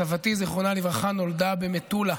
סבתי, זיכרונה לברכה, נולדה במטולה,